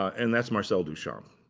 and that's marcel duchamp.